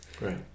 Right